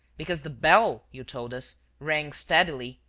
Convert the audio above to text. because the bell, you told us, rang steadily,